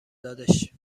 دادش